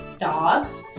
dogs